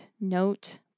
note